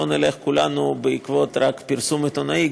ולא נלך כולנו רק בעקבות פרסום עיתונאי,